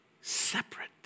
separate